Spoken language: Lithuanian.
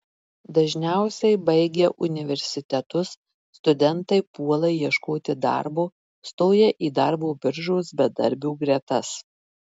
dažniausiai baigę universitetus studentai puola ieškoti darbo stoja į darbo biržos bedarbių gretas